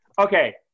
okay